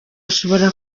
ashobora